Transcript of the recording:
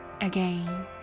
again